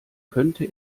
könnte